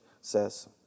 says